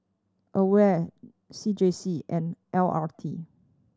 AWARE C J C and L R T